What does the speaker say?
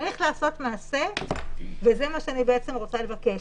צריך לעשות מעשה וזה מה שאני רוצה לבקש,